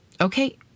okay